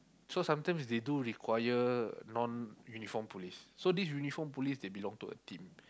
so sometimes they do require non uniform police so this police they do belong to a team